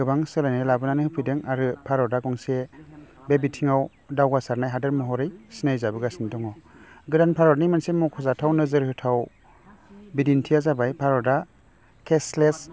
गोबां सोलायनाय लाबोना होफैदों आरो भारतआ गंसे बे बिथिङाव दागासारनाय हादर महरै सिनाय जाबोगासिनो दङ गोदान भारतनि मोनसे मखजाथाव नोजोर होथाव बिदिन्थिया जबाय भारतआ केस लेस